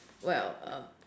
well um